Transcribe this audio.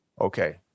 Okay